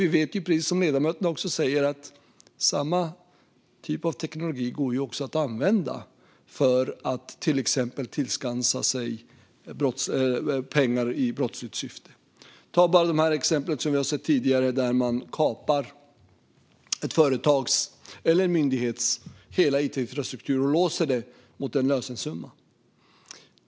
Men precis som ledamöterna säger vet vi att samma typ av teknologi också går att använda för att till exempel tillskansa sig pengar i brottsligt syfte. Ta bara de exempel vi har sett tidigare där man kapar ett företags eller en myndighets hela it-infrastruktur och låser den och begär en lösesumma.